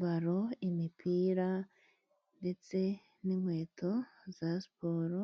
balo, imipira, ndetse n’inkweto za siporo.